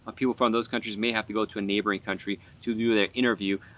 ah people from those countries may have to go to a neighboring country to do their interview.